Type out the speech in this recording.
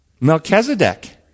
Melchizedek